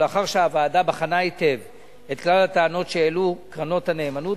ולאחר שהוועדה בחנה היטב את כלל הטענות שהעלו קרנות הנאמנות,